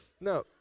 No